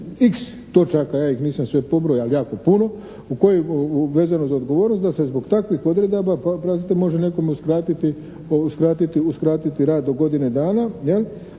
"x" točaka, ja ih nisam sve pobrojao ali ih je jako puno, u koji vezano za odgovornost da se zbog takvih odredaba oprostite može nekome uskratiti rad do godine dana, jel'